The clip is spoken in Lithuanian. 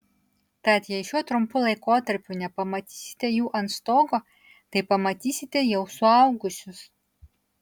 tad jei šiuo trumpu laikotarpiu nepamatysite jų ant stogo tai pamatysite jau suaugusius